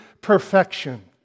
perfection